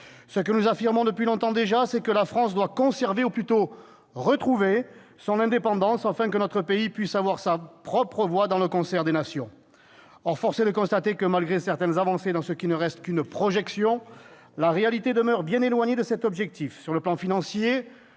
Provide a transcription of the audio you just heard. Ce que nous affirmons depuis longtemps déjà, c'est que la France doit conserver, ou plutôt retrouver, son indépendance, afin que notre pays puisse avoir sa voix propre dans le concert des nations. Or force est de le constater, malgré certaines avancées dans ce qui ne reste qu'une projection, la réalité demeure bien éloignée de cet objectif. Sur le plan financier,